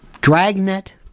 dragnet